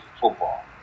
football